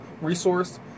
resource